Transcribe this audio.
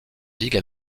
ligue